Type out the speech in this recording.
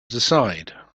decide